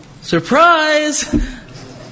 Surprise